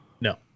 No